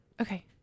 okay